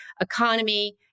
economy